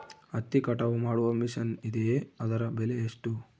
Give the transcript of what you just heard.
ಹತ್ತಿ ಕಟಾವು ಮಾಡುವ ಮಿಷನ್ ಇದೆಯೇ ಅದರ ಬೆಲೆ ಎಷ್ಟು?